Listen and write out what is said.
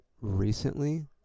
recently